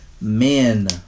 men